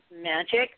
magic